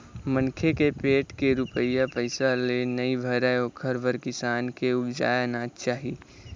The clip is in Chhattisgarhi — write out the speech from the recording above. मनखे के पेट के रूपिया पइसा ले नइ भरय ओखर बर किसान के उपजाए अनाज चाही